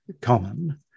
common